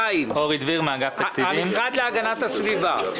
בקשה מס' 26-022 המשרד להגנת הסביבה.